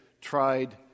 tried